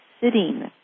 sitting